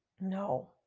No